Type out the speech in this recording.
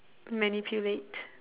manipulate